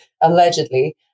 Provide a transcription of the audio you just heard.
allegedly